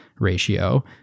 ratio